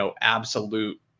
absolute